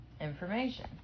information